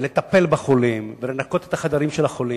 לטפל בהם ולנקות את החדרים של החולים.